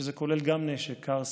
שזה כולל גם נשק קר,